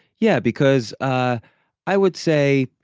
yeah because ah i would say.